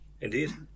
indeed